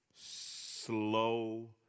slow